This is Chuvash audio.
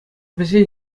вӗсен